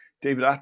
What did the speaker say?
David